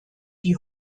die